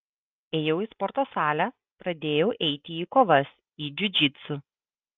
ėjau į sporto salę pradėjau eiti į kovas į džiudžitsu